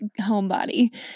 homebody